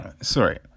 sorry